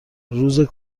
روز